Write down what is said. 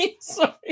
Sorry